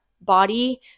body